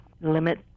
limit